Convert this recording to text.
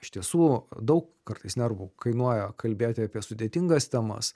iš tiesų daug kartais nervų kainuoja kalbėti apie sudėtingas temas